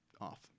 off